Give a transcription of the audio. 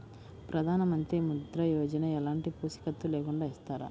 ప్రధానమంత్రి ముద్ర యోజన ఎలాంటి పూసికత్తు లేకుండా ఇస్తారా?